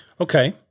Okay